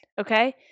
okay